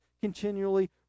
continually